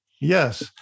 Yes